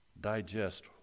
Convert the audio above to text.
digest